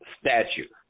statute